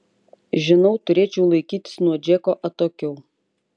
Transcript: žinau turėčiau laikytis nuo džeko atokiau